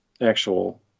actual